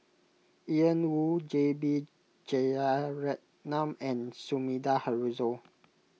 Ian Woo J B Jeyaretnam and Sumida Haruzo